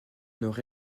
nord